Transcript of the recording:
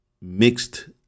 mixed